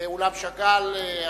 באולם שאגאל,